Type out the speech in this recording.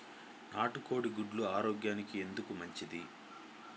నాటు కోడి గుడ్లు ఆరోగ్యానికి ఎందుకు మంచిది?